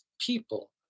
people